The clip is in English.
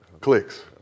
Clicks